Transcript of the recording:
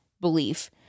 belief